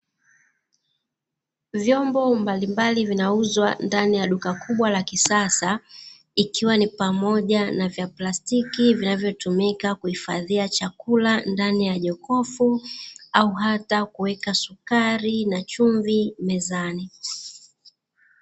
vyombo mbalimbali vinauzwa ndani ya duka la kisasa, ikiwa ni pamoja vya plastiki vinavyotumika kuhifadhia chakula ndani ya jokofu au hata kuweka sukari na chumvi mezani.